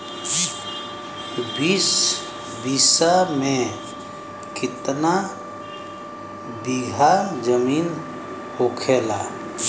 बीस बिस्सा में कितना बिघा जमीन होखेला?